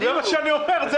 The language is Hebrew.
זה מה שאני אומר.